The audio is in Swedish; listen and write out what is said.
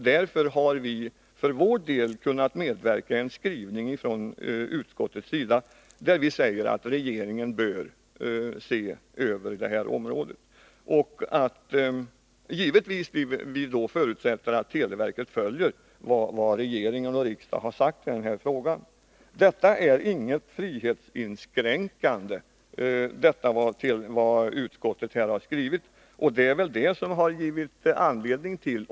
Därför har vi för vår del kunnat medverka till den skrivning där utskottet säger att regeringen bör se över detta område och att vi givetvis förutsätter att televerket följer vad regeringen och riksdagen har sagt. Vad utskottet här har skrivit innebär ingen inskränkning av yttrandefriheten.